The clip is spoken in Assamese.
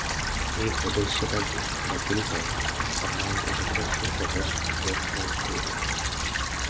সেই সদস্যতাবোৰ বাতিল কৰাতো সাধাৰণতে যথেষ্ট সহজ আৰু সঞ্চয়ো হয়